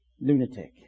lunatic